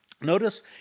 Notice